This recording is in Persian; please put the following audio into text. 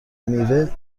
میوه